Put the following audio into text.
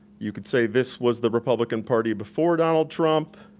you could say this was the republican party before donald trump.